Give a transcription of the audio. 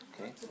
Okay